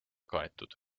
kaetud